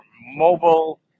Mobile